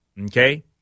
Okay